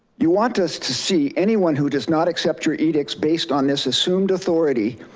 you want us to see anyone who does not accept your edicts based on this assumed authority,